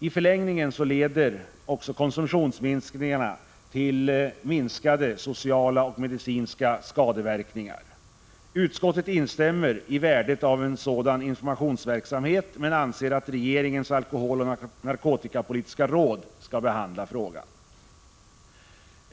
I förlängningen leder också konsumtionsminskningen till minskade sociala och medicinska skadeverkningar. Utskottet instämmer i värdet av en sådan informationsverksamhet men anser att regeringens alkoholoch narkotikapolitiska råd skall behandla frågan.